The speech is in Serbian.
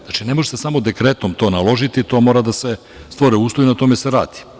Znači, ne može se samo dekretom to naložiti, to mora da se stvore uslovi, na tome se radi.